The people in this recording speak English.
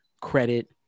credit